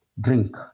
Drink